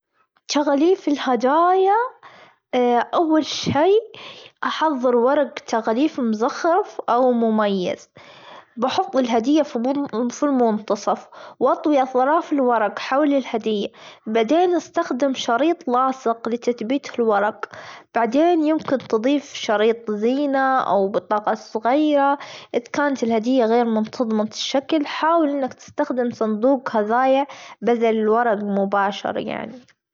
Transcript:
تغليف الهدايا أول شي أحظر ورق تغليف مزخرف، أو مميز بحط الهدية في من- منتصف وأطوي أطراف الورج حول الهدية، بعدين استخدم شريط لاصق لتثبيت الورج، بعدين يمكن تضيف شريط زينه أو بطاجة صغير إذ كانت الهدية غير منتظمة الشكل حاول أنك تستخدم صندوق هذايا بدل الورج مباشرة يعني.